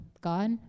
God